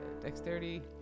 dexterity